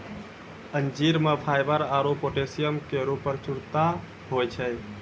अंजीर म फाइबर आरु पोटैशियम केरो प्रचुरता होय छै